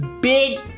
big